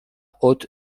haute